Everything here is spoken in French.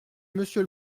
monsieur